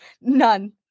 none